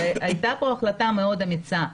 והייתה פה החלטה מאוד אמיצה,